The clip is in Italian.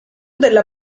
della